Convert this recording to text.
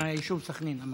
אמרתי: מהיישוב סח'נין.